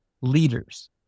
leaders